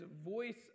voice